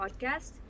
podcast